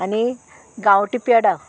आनी गांवटी पेडा